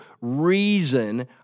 reason